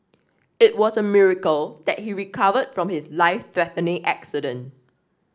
it was a miracle that he recovered from his life threatening accident